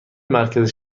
مرکز